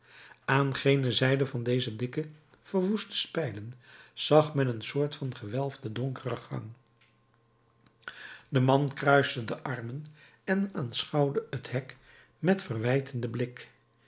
aan gene zijde van deze dikke verroeste spijlen zag men een soort van gewelfde donkere gang de man kruiste de armen en aanschouwde het hek met verwijtenden blik